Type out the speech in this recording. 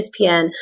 ESPN